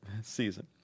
season